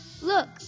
Look